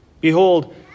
Behold